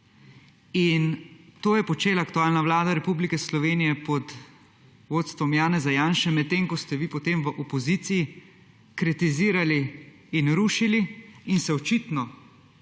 In to je počela aktualna Vlada Republike Slovenije pod vodstvom Janeza Janše, medtem ko ste vi potem v opoziciji kritizirali in rušili in se očitno,